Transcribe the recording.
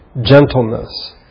gentleness